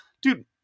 dude